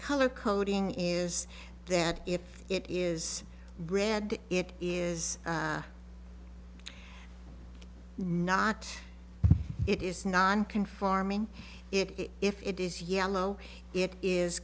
color coding is that if it is bread it is not it is nonconforming it if it is yellow it is